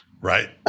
Right